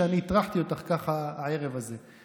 שאני הטרחתי אותך ככה הערב הזה.